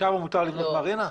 שם מותר לבנות מרינה?